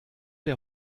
der